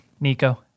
Nico